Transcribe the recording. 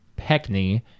Peckney